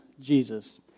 Jesus